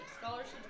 scholarships